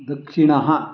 दक्षिणः